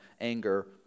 anger